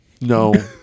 No